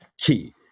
key